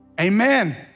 Amen